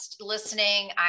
listening